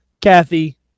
Kathy